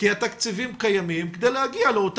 כנראה שעד היום משרד החינוך אינו ממלא את האחריות הזאת